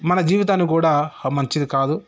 మన జీవితాన్ని కూడా మంచిది కాదు